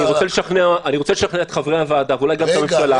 אני רוצה לשכנע את חברי הוועדה ואולי גם את הממשלה,